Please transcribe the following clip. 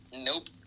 Nope